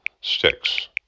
sticks